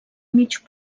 mig